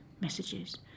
messages